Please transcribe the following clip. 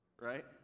right